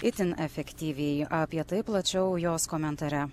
itin efektyviai apie tai plačiau jos komentare